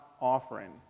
offering